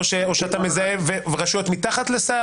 או שאתה מזהה רשויות מתחת לשר?